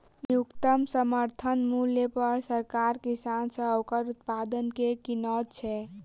न्यूनतम समर्थन मूल्य पर सरकार किसान सॅ ओकर उत्पाद के किनैत छै